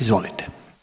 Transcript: Izvolite.